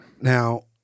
Now